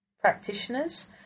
practitioners